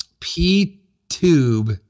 P-tube